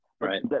Right